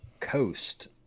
Coast